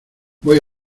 voy